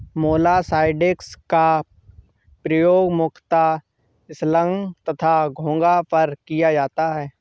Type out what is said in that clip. मोलॉक्साइड्स का प्रयोग मुख्यतः स्लग तथा घोंघा पर किया जाता है